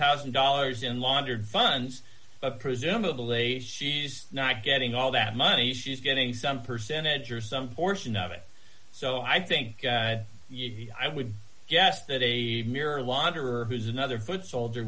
thousand dollars in laundered funds presumably she's not getting all that money she's getting some percentage or some portion of it so i think i would guess that a mere launderer who's another foot soldier